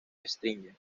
springer